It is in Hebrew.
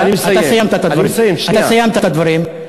אתה סיימת את הדברים.